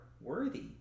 worthy